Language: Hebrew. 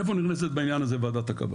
איפה נכנסת בעניין הזה ועדת הקבלה?